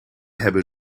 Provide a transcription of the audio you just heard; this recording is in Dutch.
hebben